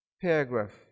paragraph